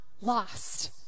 lost